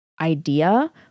idea